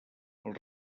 els